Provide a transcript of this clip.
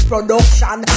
production